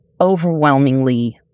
overwhelmingly